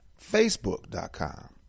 Facebook.com